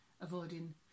avoiding